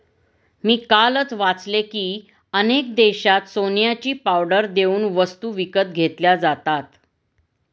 मी कालच वाचले की, अनेक देशांत सोन्याची पावडर देऊन वस्तू विकत घेतल्या जातात